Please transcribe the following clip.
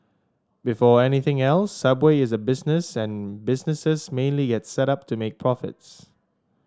before anything else subway is a business and businesses mainly get set up to make profits